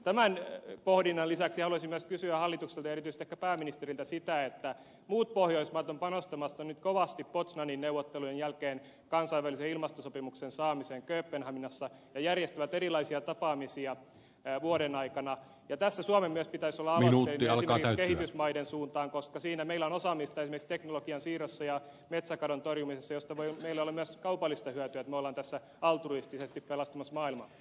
tämän pohdinnan lisäksi haluaisin myös kysyä hallitukselta ja erityisesti ehkä pääministeriltä sitä että kun muut pohjoismaat ovat panostamassa nyt kovasti poznanin neuvottelujen jälkeen kansainvälisen ilmastosopimuksen saamiseen kööpenhaminassa ja järjestävät erilaisia tapaamisia vuoden aikana niin tässä myös suomen pitäisi olla aloitteellinen esimerkiksi kehitysmaiden suuntaan koska siinä meillä on esimerkiksi teknologian siirrossa ja metsäkadon torjumisessa osaamista josta voi meille olla myös kaupallista hyötyä että me olemme tässä altruistisesti pelastamassa maailmaa